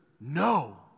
no